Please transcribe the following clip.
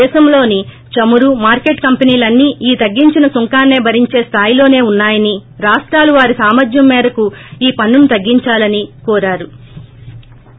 దేశంలోని చమురు మార్కెట్ కంపెనీలన్నీ ఈ తగ్గించిన సుంకాన్ని భరించే స్థాయిలోసే ఉన్నాయని రాష్టాలు వారి నామర్థం మేరకు ఈ పన్సును తగ్గించాలని కోరారు